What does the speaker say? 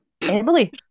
Emily